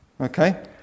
Okay